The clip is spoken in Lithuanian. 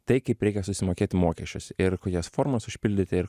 tai kaip reikia susimokėti mokesčius ir kokias formas užpildyti ir